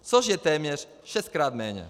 Což je téměř šestkrát méně.